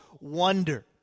wonder